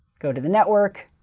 go to the network,